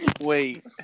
wait